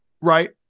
right